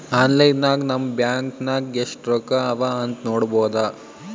online ನಾಗ್ ನಮ್ bank ನಾಗ್ ಎಸ್ಟ್ ರೊಕ್ಕಾ ಅವಾ ಅಂತ್ ನೋಡ್ಬೋದ